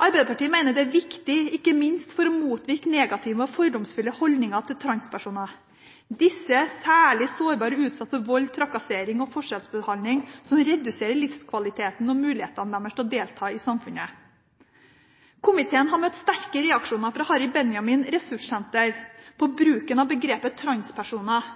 Arbeiderpartiet mener det er viktig, ikke minst for å motvirke negative og fordomsfulle holdninger til transpersoner. Disse er særlig sårbare og utsatt for vold, trakassering og forskjellsbehandling som reduserer livskvaliteten og muligheten deres til å delta i samfunnet. Komiteen har møtt sterke reaksjoner fra Harry Benjamin Ressurssenter på bruken av begrepet transpersoner.